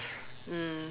mm